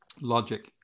logic